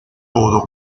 todo